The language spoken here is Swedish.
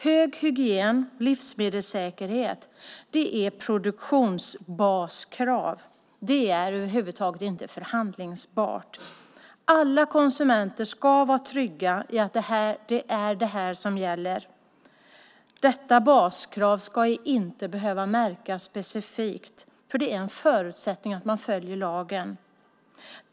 God hygien, hög livsmedelssäkerhet, är produktionsbaskrav. Det är över huvud taget inte förhandlingsbart. Alla konsumenter ska vara trygga i att det är det som gäller. Detta baskrav ska inte behöva märkas specifikt, för det är en förutsättning att man följer lagen.